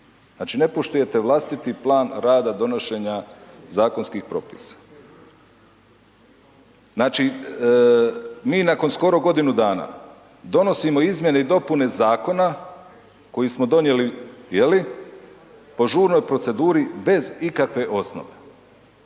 Znači ne poštujete vlastiti plan rada donošenja zakonskih propisa. Znači mi nakon skoro godinu dana donosimo izmjene i dopune zakona, koje smo donijeli je li, po žurnoj proceduri bez ikakve osnove.